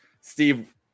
Steve